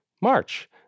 march